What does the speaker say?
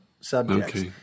subjects